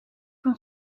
een